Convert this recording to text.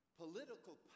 political